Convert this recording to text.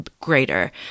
greater